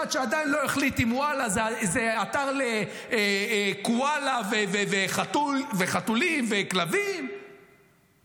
אחד שעדיין לא החליט אם וואלה זה אתר לקואלה וחתולים וכלבים ומשתמטים.